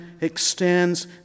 extends